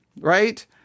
Right